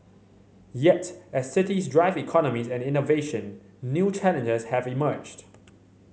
yet as cities drive economies and innovation new challenges have emerged